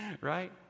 right